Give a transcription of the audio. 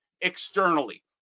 externally